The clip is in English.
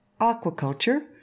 Aquaculture